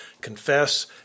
confess